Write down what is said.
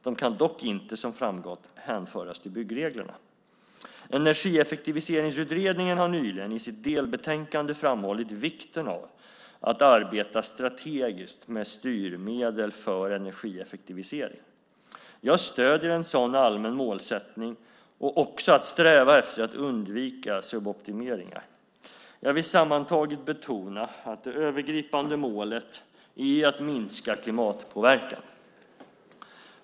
De kan dock inte, som framgått, hänföras till byggreglerna. Energieffektiviseringsutredningen har nyligen i sitt delbetänkande framhållit vikten av att arbeta strategiskt med styrmedel för energieffektivisering. Jag stöder en sådan allmän målsättning och också att man strävar efter att undvika suboptimeringar. Jag vill sammantaget betona att det övergripande målet är att minska klimatpåverkan.